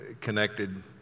connected